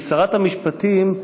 כי שרת את המשפטים,